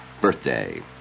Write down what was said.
birthday